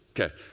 Okay